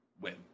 win